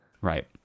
Right